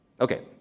Okay